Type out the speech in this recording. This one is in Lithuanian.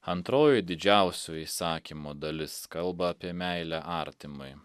antroji didžiausio įsakymo dalis kalba apie meilę artimui